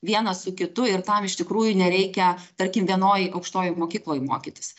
vieną su kitu ir tam iš tikrųjų nereikia tarkim vienoj aukštojoj mokykloj mokytis